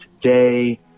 today